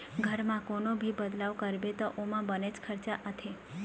घर म कोनो भी बदलाव करबे त ओमा बनेच खरचा आथे